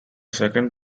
second